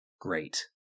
great